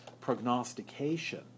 prognostication